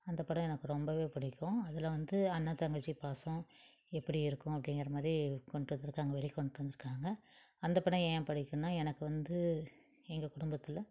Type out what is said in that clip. அந்த படம் எனக்கு ரொம்பவே பிடிக்கும் அதில் வந்து அண்ணன் தங்கச்சி பாசம் எப்படி இருக்கும் அப்படிங்கிறமாரி கொண்டுட்டு வந்திருக்காங்க வெளி கொண்டுட்டு வந்திருக்காங்க அந்த படம் ஏன் பிடிக்கும்னா எனக்கு வந்து எங்க குடும்பத்தில்